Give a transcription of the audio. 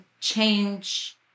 change